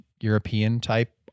European-type